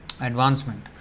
advancement